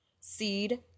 seed